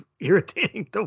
irritating